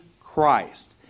Christ